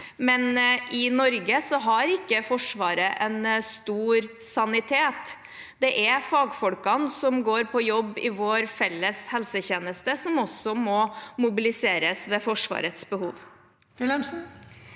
I Norge har ikke Forsvaret en stor sanitet. Det er fagfolkene som går på jobb i vår felles helsetjeneste, som må mobiliseres ved Forsvarets behov.